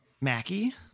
Mackie